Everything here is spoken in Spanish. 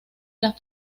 las